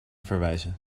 verwijzen